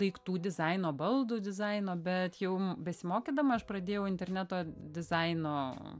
daiktų dizaino baldų dizaino bet jau besimokydama aš pradėjau interneto dizaino